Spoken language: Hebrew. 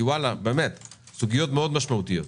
סוגיות מאוד משמעותיות.